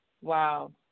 Wow